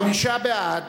חמישה בעד,